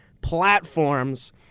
platforms